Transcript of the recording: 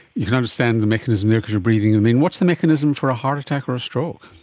you could understand the mechanism there because you're breathing it in. what's the mechanism for a heart attack or stroke?